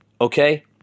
okay